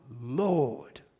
Lord